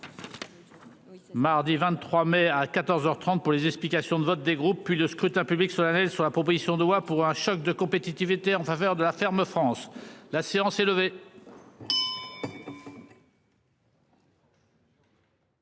Mardi 23 mai à 14h 30 pour les explications de vote, des groupes puis de scrutin public sur sur la proposition de loi pour un choc de compétitivité en faveur de la ferme France. La séance est levée.